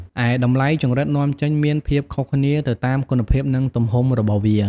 ឯតម្លៃចង្រិតនាំចេញមានភាពខុសគ្នាទៅតាមគុណភាព និងទំហំរបស់វា។